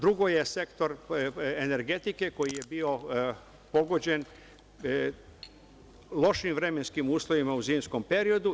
Drugo je sektor energetike koji je bio pogođen lošim vremenskim uslovima u zimskom periodu.